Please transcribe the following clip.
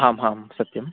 आम् हाम् सत्यं